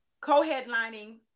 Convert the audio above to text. co-headlining